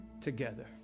together